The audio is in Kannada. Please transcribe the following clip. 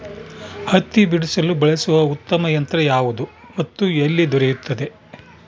ಹತ್ತಿ ಬಿಡಿಸಲು ಬಳಸುವ ಉತ್ತಮ ಯಂತ್ರ ಯಾವುದು ಮತ್ತು ಎಲ್ಲಿ ದೊರೆಯುತ್ತದೆ?